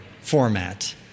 format